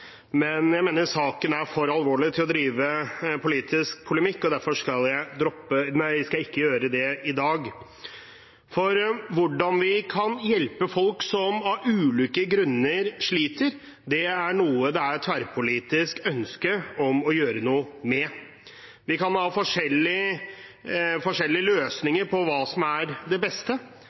Men jeg mener saken er for alvorlig til å drive politisk polemikk, og derfor skal jeg ikke gjøre det i dag. Hvordan vi kan hjelpe folk som av ulike grunner sliter, er noe det er tverrpolitisk ønske om å gjøre noe med. Vi kan ha forskjellige løsninger på hva som er det beste,